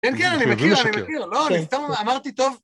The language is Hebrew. כן, כן, אני מכיר, אני מכיר, לא, אני סתם אמרתי, טוב.